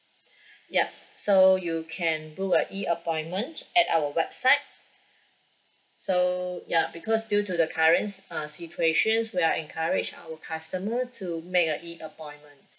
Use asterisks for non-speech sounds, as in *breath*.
*breath* ya so you can book a E appointment at our website *breath* so ya because due to the current uh situation we are encourage our customer to make a E appointment